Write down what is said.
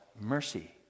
mercy